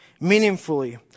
meaningfully